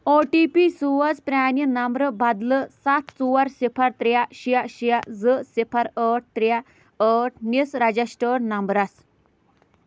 او T P سوز پرٛانہِ نمبرٕ بدلہٕ سَتھ ژور صِفَر ترٛےٚ شےٚ شےٚ زٕ صِفَر ٲٹھ ترٛےٚ ٲٹھ نِس رَجٮ۪سٹٲڈ نمبرَس